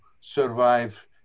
survive